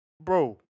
Bro